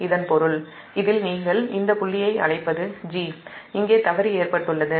இதன் பொருள் நீங்கள் இந்த புள்ளியை அழைப்பது இங்கே தவறு ஏற்பட்டுள்ளது